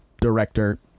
director